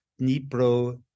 Nipro